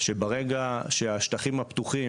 שברגע שהשטחים הפתוחים,